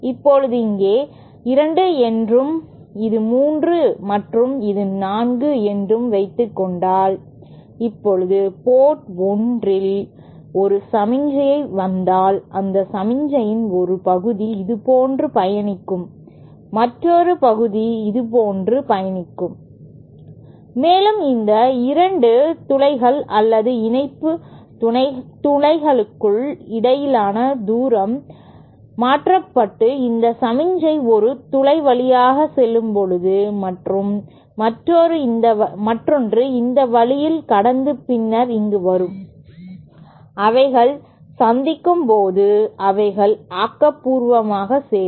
இப்போது இங்கே 2 என்றும் இது 3 மற்றும் இது 4 என்று வைத்துக்கொண்டால் இப்போது போர்ட் 1 இல் ஒரு சமிக்ஞை வந்தால் அந்த சமிக்ஞையின் ஒரு பகுதி இதுபோன்று பயணிக்கும் மற்றொரு பகுதி இதுபோன்று பயணிக்கும் மேலும் இந்த 2 துளைகள் அல்லது இணைப்பு துளைகளுக்கு இடையிலான தூரம் மாற்றப்பட்டு இந்த சமிக்ஞை ஒரு துளை வழியாக செல்லும் போது மற்றும் மற்றொன்று இந்த வழியில் கடந்து பின்னர் இங்கு வரும் அவைகள் சந்திக்கும் போது அவைகள் ஆக்கபூர்வமாக சேரும்